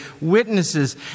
witnesses